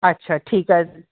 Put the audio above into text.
अच्छा ठीकु आहे